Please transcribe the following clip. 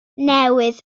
newydd